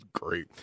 great